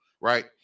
right